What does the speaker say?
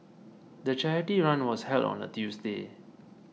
the charity run was held on a Tuesday